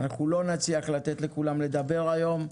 אנחנו לא נצליח לתת לכולם לדבר היום,